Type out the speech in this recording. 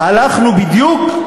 הלכנו בדיוק,